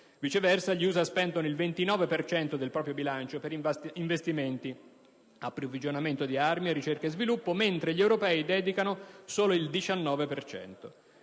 viceversa, spendono il 29 per cento del proprio bilancio per investimenti, approvvigionamento di armi, ricerca e sviluppo, mentre gli europei vi dedicano solo il 19